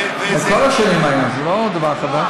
וזה, זה לא דבר חדש.